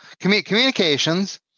communications